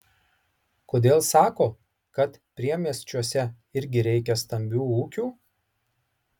kodėl sako kad priemiesčiuose irgi reikia stambių ūkių